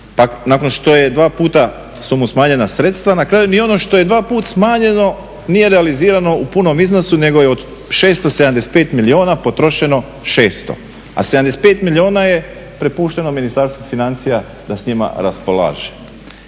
nakon što je dva puta su mu smanjena sredstva na kraju ni ono što je dva puta smanjeno nije realizirano u punom iznosu nego je od 675 milijuna potrošeno 600, a 75 milijuna je prepušteno Ministarstvu financija da s njima raspolaže.